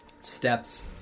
steps